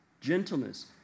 gentleness